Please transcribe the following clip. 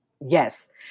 Yes